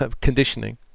conditioning